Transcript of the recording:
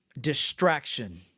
distraction